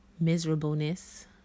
miserableness